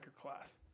class